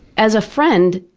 as a friend,